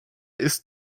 ist